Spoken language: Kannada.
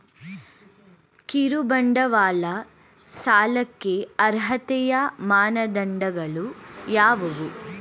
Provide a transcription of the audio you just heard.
ಕಿರುಬಂಡವಾಳ ಸಾಲಕ್ಕೆ ಅರ್ಹತೆಯ ಮಾನದಂಡಗಳು ಯಾವುವು?